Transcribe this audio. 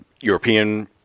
European